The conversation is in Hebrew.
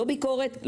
לא ביקורת,